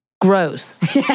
gross